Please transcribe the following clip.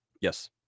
Yes